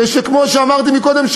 וכמו שאמרתי קודם,